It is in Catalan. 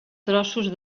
trossos